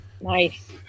Nice